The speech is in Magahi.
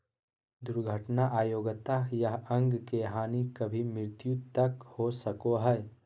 दुर्घटना अयोग्यता या अंग के हानि कभी मृत्यु तक हो सको हइ